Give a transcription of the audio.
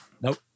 Nope